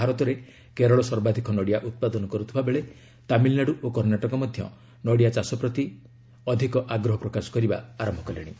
ଭାରତରେ କେରଳ ସର୍ବାଧିକ ନଡ଼ିଆ ଉତ୍ପାଦନ କରୁଥିବା ବେଳେ ତାମିଲନାଡୁ ଓ କର୍ଣ୍ଣାଟକ ମଧ୍ୟ ନଡ଼ିଆ ଚାଷ ପ୍ରତି ଅଧିକ ଆଗ୍ରହପ୍ରକାଶ କରିବା ଆରମ୍ଭ କଲେଣି